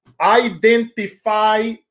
identify